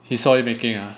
he saw you making ah